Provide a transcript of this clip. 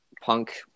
punk